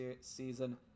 season